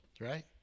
Right